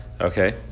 Okay